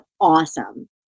awesome